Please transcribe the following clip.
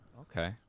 Okay